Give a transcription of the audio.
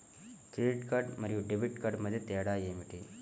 Credit card మరియు debit card మధ్య తేడా ఏమిటి?